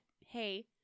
hey